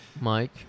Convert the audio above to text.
Mike